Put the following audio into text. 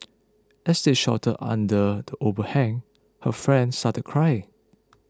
as they sheltered under the overhang her friend started crying